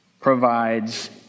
provides